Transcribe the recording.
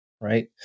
right